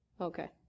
Okay